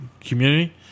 community